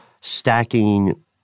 stacking